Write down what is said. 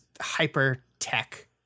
hyper-tech